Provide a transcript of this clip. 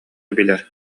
билэр